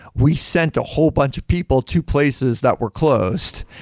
we sent a whole bunch of people to places that were closed,